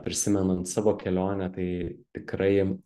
prisimenant savo kelionę tai tikrai